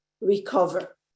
recover